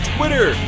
Twitter